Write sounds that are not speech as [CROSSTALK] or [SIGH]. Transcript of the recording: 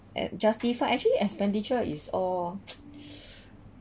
eh justified actually expenditure is all [NOISE]